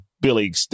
Billy